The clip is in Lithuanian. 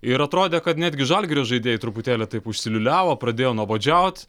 ir atrodė kad netgi žalgirio žaidėjai truputėlį taip užsiliūliavo pradėjo nuobodžiaut